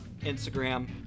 Instagram